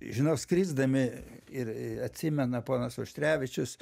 žinau skrisdami ir atsimena ponas auštrevičius